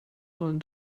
sollen